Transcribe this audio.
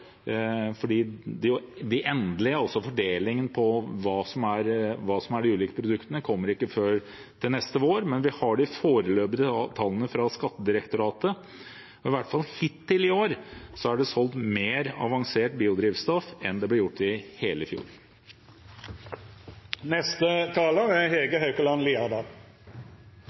er helt sikker på at det også vil virke. Nå kjenner vi ikke tallene for salget i år, for de endelige tallene, altså fordelingen mellom de ulike produktene, kommer ikke før til neste vår. Men vi har de foreløpige tallene fra Skattedirektoratet, og det er hittil i år solgt mer avansert biodrivstoff enn det ble gjort i hele